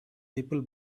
people